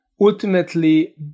ultimately